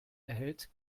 erhält